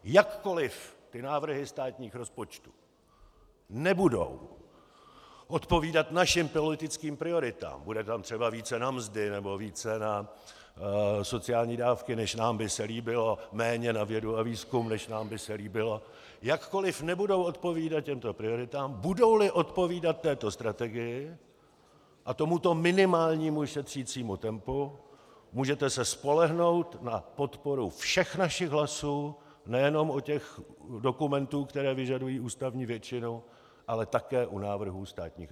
Jakkoli návrhy státních rozpočtů nebudou odpovídat našim prioritám, bude tam třeba více na mzdy nebo více na sociální dávky, než nám by se líbilo, méně na vědu a výzkum, než nám by se líbilo, jakkoli nebudou odpovídat těmto prioritám, budouli odpovídat této strategii a tomuto minimálnímu šetřicímu tempu, můžete se spolehnout na podporu všech našich hlasů, nejenom u těch dokumentů, které vyžadují ústavní většinu, ale také u návrhů státních rozpočtů.